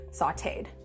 sauteed